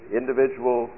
individual